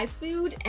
food